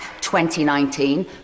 2019